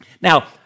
Now